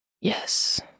Yes